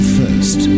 first